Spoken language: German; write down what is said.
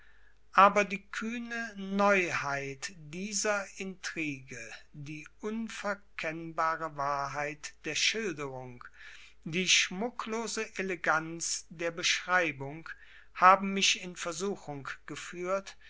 aber die kühne neuheit dieser intrige die unverkennbare wahrheit der schilderung die schmucklose eleganz der beschreibung haben mich in versuchung geführt